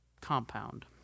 compound